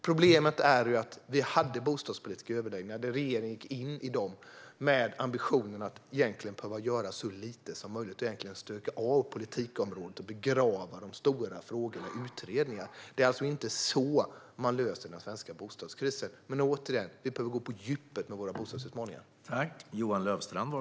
Problemet är att regeringen gick in i de bostadspolitiska överläggningarna med ambitionen att behöva göra så lite som möjligt, att stöka undan politikområdet och begrava de stora frågorna i utredningar. Det är inte så man löser den svenska bostadskrisen. Återigen: Vi behöver gå på djupet med våra bostadsutmaningar.